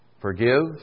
forgive